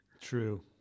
True